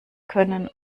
können